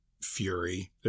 fury